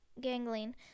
gangling